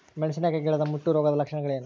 ಮೆಣಸಿನಕಾಯಿ ಗಿಡದ ಮುಟ್ಟು ರೋಗದ ಲಕ್ಷಣಗಳೇನು?